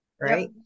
right